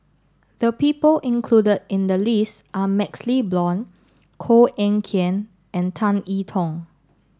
the people included in the list are MaxLe Blond Koh Eng Kian and Tan I Tong